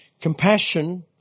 Compassion